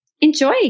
Enjoy